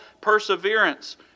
perseverance